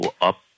up